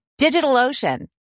DigitalOcean